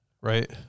Right